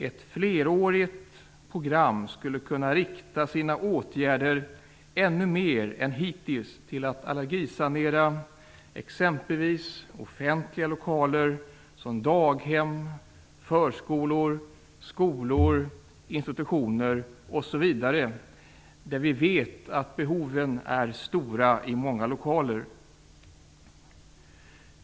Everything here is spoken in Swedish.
Ett flerårigt program skulle kunna rikta sina åtgärder ännu mer än hittills till att allergisanera exempelvis offentliga lokaler, som daghem, förskolor, skolor, institutioner osv., där vi vet att behoven är stora i många lokaler.